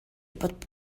bod